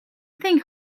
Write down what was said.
thing